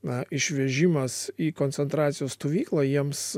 na išvežimas į koncentracijos stovyklą jiems